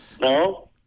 No